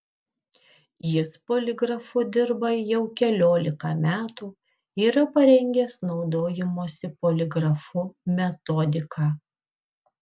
jis poligrafu dirba jau keliolika metų yra parengęs naudojimosi poligrafu metodiką